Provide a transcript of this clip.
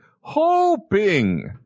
hoping